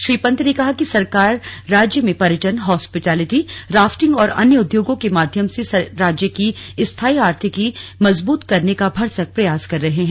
श्री पन्त ने कहा कि सरकार राज्य में पर्यटन हॉस्पिटैलिटी राफिटंग और अन्य उद्योगों के माध्यम से राज्य की स्थायी आर्थिकी मजबूत करने का भरसक प्रयास कर रहे है